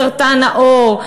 לסרטן העור,